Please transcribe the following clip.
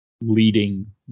leading